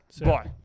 Bye